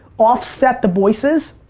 offset the voices.